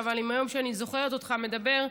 אבל מהיום שאני זוכרת אותך מדבר,